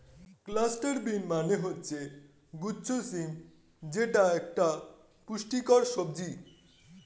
cluster bean মানে হচ্ছে গুচ্ছ শিম যেটা একটা পুষ্টিকর সবজি